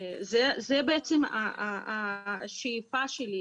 זו בעצם השאיפה שלי,